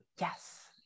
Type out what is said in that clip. Yes